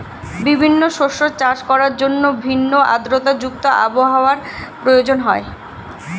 বিভিন্ন শস্য চাষ করার জন্য ভিন্ন আর্দ্রতা যুক্ত আবহাওয়ার প্রয়োজন হয়